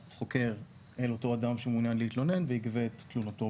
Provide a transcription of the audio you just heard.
יגיע חוקר אל אותו אדם שמעוניין להתלונן ויגבה את תלונתו,